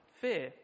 fear